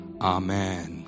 Amen